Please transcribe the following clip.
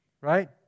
right